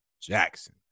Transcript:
Jackson